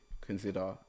consider